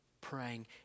praying